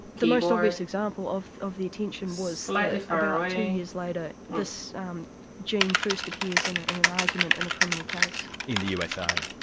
the most obvious example of of the attention was that about two years later this gene first appears in an argument in a criminal case. in the usa?